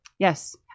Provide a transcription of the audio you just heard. Yes